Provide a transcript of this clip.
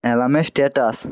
অ্যালার্মের স্ট্যাটাস